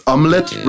Omelette